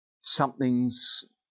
something's